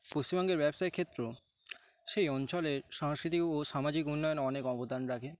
পশ্চিমবঙ্গের ব্যবসায়ী ক্ষেত্র সেই অঞ্চলেের সাংস্কৃতিক ও সামাজিক উন্নয়নে অনেক অবদান রাখে